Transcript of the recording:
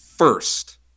first